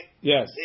Yes